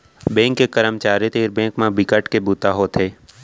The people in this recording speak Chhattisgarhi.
बेंक के करमचारी तीर बेंक म बिकट के बूता होथे